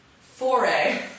foray